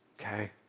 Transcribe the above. okay